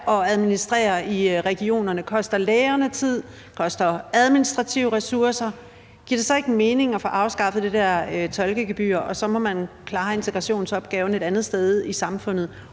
at administrere i regionerne, koster lægerne tid, koster administrative ressourcer, giver det så ikke mening at få afskaffet det der tolkegebyr, og så må man klare integrationsopgaven et andet sted i samfundet?